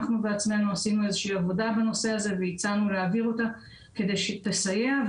אנחנו עשינו עבודה בנושא הזה והצענו להעביר אותה כדי שהיא תסייע.